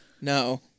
No